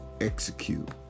execute